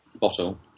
bottle